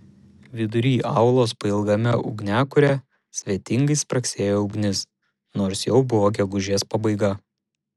vidury aulos pailgame ugniakure svetingai spragsėjo ugnis nors jau buvo gegužės pabaiga